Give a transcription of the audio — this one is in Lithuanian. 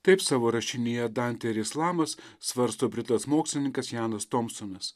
taip savo rašinyje dantė ir islamas svarsto britas mokslininkas janas tomsonas